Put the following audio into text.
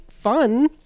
fun